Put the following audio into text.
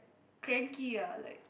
cranky ah like